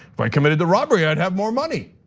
if i committed the robbery, i'd have more money.